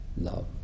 Love